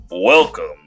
Welcome